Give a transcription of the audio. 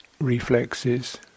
reflexes